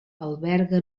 alberga